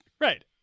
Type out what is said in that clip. right